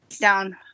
down